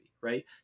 right